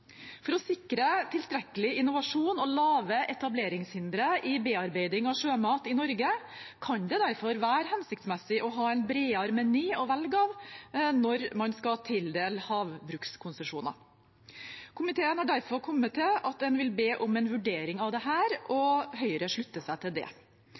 For å sikre tilstrekkelig innovasjon og lave etableringshindre i bearbeiding av sjømat i Norge kan det derfor være hensiktsmessig å ha en bredere meny å velge fra når man skal tildele havbrukskonsesjoner. Komiteen har derfor kommet til at en vil be om en vurdering av dette, og Høyre slutter seg til det.